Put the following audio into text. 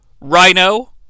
Rhino